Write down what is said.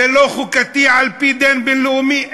זה לא חוקתי על-פי הדין הבין-לאומי.